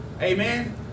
Amen